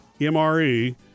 MRE